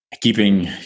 keeping